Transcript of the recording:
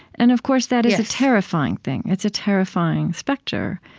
and of course, that is a terrifying thing. it's a terrifying specter.